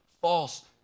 false